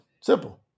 Simple